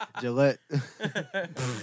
Gillette